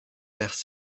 errent